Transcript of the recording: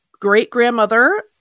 great-grandmother